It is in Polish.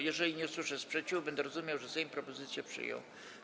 Jeżeli nie usłyszę sprzeciwu, będę rozumiał, że Sejm propozycję przyjął.